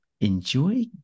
enjoy